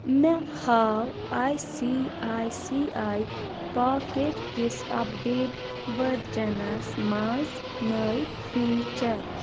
مےٚ ہاو آیۍ سی آیۍ سی آیۍ پاکیٚٹ کِس اپڈیٹ ورجنَس منٛز نٔے فیچر